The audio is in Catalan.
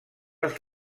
els